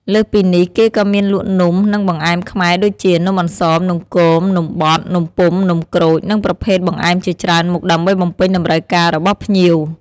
លើសពីនេះ គេក៏មានលក់នំ និងបង្អែមខ្មែរដូចជា នំអន្សម នំគម នំបត់ នំពុម្ភ នំក្រូច និងប្រភេទបង្អែមជាច្រើនមុខដើម្បីបំពេញតម្រូវការរបស់ភ្ញៀវ។